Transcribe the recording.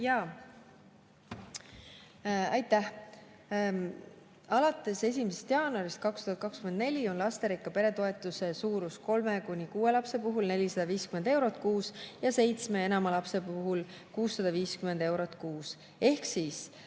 Aitäh! Alates 1. jaanuarist 2024 on lasterikka pere toetuse suurus kolme kuni kuue lapse puhul 450 eurot kuus ning seitsme ja enama lapse puhul 650 eurot kuus. Ehk